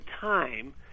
time